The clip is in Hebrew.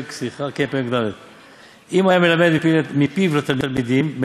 אם היה מלמד מפיו לתלמידים,